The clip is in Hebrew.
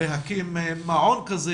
להקים מעון כזה.